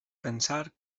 pensar